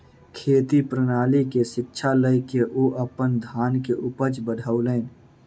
खेती प्रणाली के शिक्षा लय के ओ अपन धान के उपज बढ़ौलैन